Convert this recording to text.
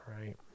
right